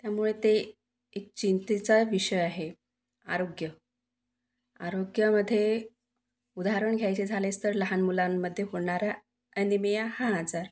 त्यामुळे ते एक चिंतेचा विषय आहे आरोग्य आरोग्यामध्ये उदहारण घ्यायचे झालेच तर लहान मुलांमध्ये होणारा ॲनिमिया हा आजार